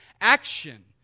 action